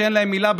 שאין להם מילה,